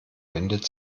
wendet